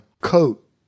coat